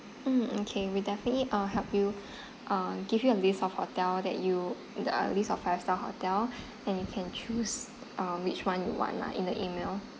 mm okay we definitely uh help you uh give you a list of hotel that you the a list of five star hotel and you can choose uh which one you want lah in the email